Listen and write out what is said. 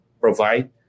provide